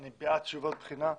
אני בעד ועדות בחינה,